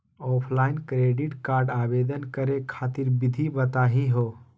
Offline credit card आवेदन करे खातिर विधि बताही हो?